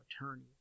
attorney